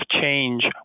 change